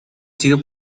sido